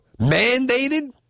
Mandated